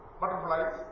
butterflies